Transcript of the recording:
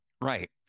right